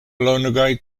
longaj